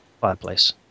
fireplace